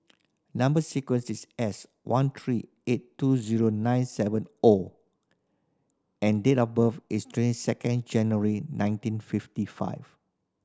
number sequence is S one three eight two zero nine seven O and date of birth is twenty second January nineteen fifty five